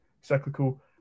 cyclical